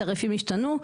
התעריפים השתנו,